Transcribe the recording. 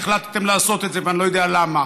שהחלטתם לעשות את זה ואני לא יודע למה: